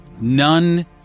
none